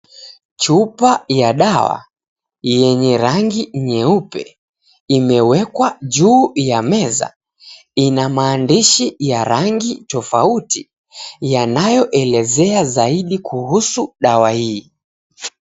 Chupa ya dawa yenye rangi nyeupe imewekwa juu ya meza. Ina maandishi ya rangi tofauti yanayoelezea zaidi kuhusu dawa hii.